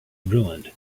ruined